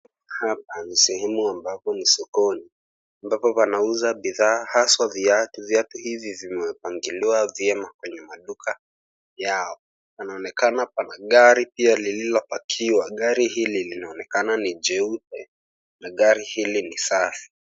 Hapa ni sehemu ambapo ni sokoni ambapo panauzwa bidhaa hasaa viatu. Viatu hivi vimepangiliwa vyema kwenye maduka yao. Panaonekana pana gari pia lililopakiwa. Gari hili linaonekana ni jeupe na gari hili ni safi.